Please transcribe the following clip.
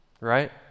Right